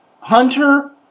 Hunter